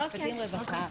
המשפטים והרווחה.